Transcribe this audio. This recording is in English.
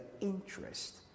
interest